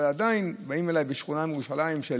עדיין באים אליי משכונה בירושלים של